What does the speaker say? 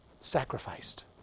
sacrificed